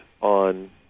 on